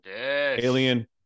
Alien